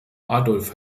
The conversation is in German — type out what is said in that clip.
adolf